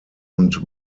und